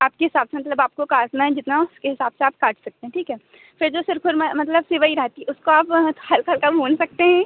आपके हिसाब से मतलब आपको काटना है जितना उसके हिसाब से आप काट सकते हैं ठीक है फिर जो सिरखुरमा मतलब सेवई रहती है उसको आप हल्का हल्का भून सकते हैं